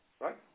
right